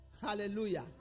Hallelujah